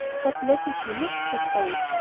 how pleasant you look! said rose,